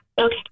Okay